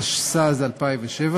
התשס"ז 2007,